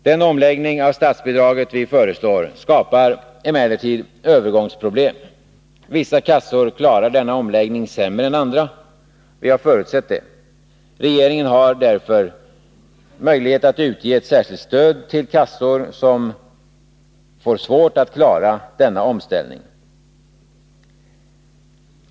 Den omläggning av statsbidraget vi föreslår skapar emellertid övergångsproblem. Vissa kassor klarar denna omläggning sämre än andra. Vi har förutsett det. Regeringen har därför möjlighet att utge ett särskilt stöd till de kassor som får svårt att klara denna omställning.